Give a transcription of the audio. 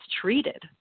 treated